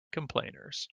complainers